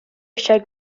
eisiau